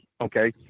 okay